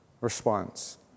response